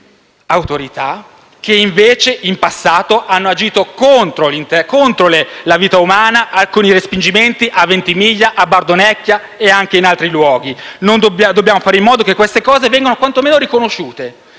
stesse autorità che in passato hanno agito invece contro la vita umana, con i respingimenti a Ventimiglia, Bardonecchia e in altri luoghi. Dobbiamo far sì che queste cose vengano quantomeno riconosciute,